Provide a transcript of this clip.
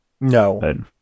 no